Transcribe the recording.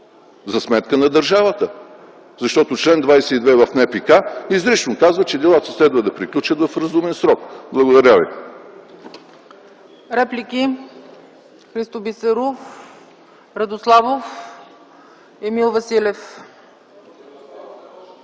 за сметка на държавата. Защото чл. 22 в НПК изрично казва, че делата следва да приключат в разумен срок. Благодаря Ви.